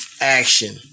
Action